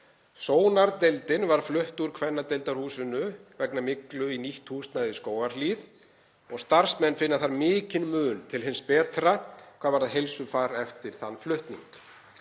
Sónardeildin var flutt úr kvennadeildarhúsinu vegna myglu í nýtt húsnæði í Skógarhlíð og starfsmenn finna þar mikinn mun til hins betra hvað varðar heilsufar eftir þann flutning.